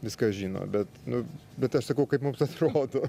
viską žino bet nu bet aš sakau kaip mums atrodo